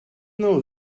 know